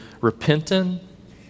repentant